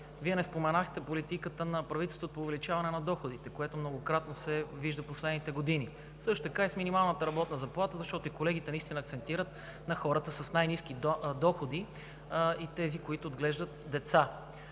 Вие не споменахте политиката на правителството по увеличаване на доходите, което многократно се вижда в последните години. Също така е и с минималната работна заплата, защото колегите наистина акцентират на хората с най-ниски доходи и тези, които отглеждат деца.